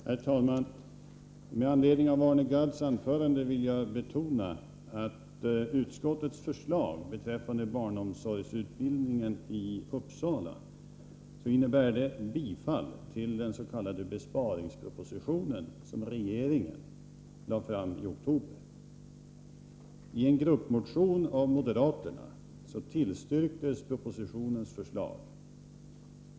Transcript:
Herr talman! Med anledning av Arne Gadds anförande vill jag betona att utskottets förslag beträffande barnomsorgsutbildningen i Uppsala innebär ett bifall till den s.k. besparingspropositionen som regeringen lade fram i oktober. I en gruppmotion av moderaterna tillstyrktes propositionens förslag.